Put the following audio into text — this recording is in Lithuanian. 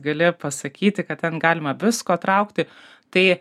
gali pasakyti kad ten galima visko traukti tai